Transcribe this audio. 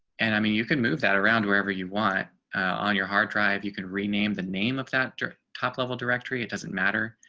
and i mean you can move that around wherever you want on your hard drive, you can rename the name of that top level directory. it doesn't matter.